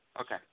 Okay